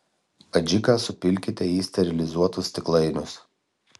adžiką supilkite į sterilizuotus stiklainius